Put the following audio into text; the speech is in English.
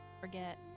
Forget